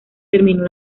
terminó